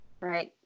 right